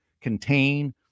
contain